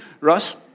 Ross